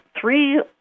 three